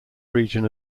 region